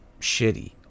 shitty